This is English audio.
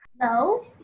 No